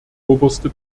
oberste